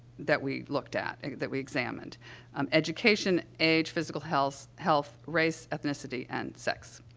that we looked at and that we examined um, education age, physical health, health, race, ethnicity, and sex.